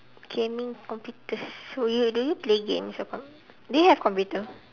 gaming computers so you do you play games at home do you have computer